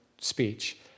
speech